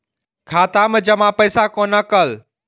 खाता मैं जमा पैसा कोना कल